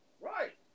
Right